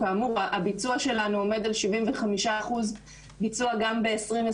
כאמור, הביצוע שלנו עומד על 75% ביצוע גם ב-2021,